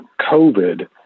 COVID